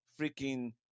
freaking